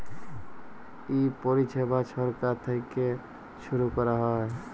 ই পরিছেবা ছরকার থ্যাইকে ছুরু ক্যরা হ্যয়